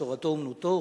תורתו אומנותו,